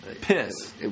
piss